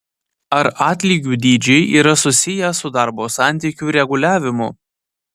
ar atlygių dydžiai yra susiję su darbo santykių reguliavimu